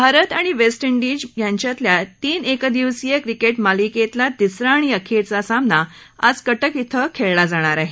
भारत आणि West Indies यांच्यातल्या तीन एकदिवसीय क्रिकेट मालिकेतला तिसरा आणि अखेरचा सामना आज कटक इथं तिसरा खेळला जाणार आहे